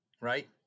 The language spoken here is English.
right